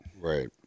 right